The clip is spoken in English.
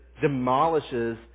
demolishes